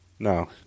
No